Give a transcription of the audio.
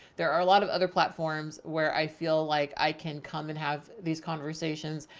there are a lot of other platforms where i feel like i can come and have these conversations.